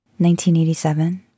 1987